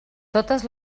totes